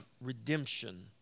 redemption